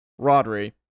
Rodri